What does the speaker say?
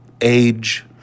age